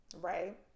right